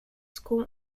school